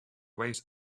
waves